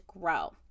grow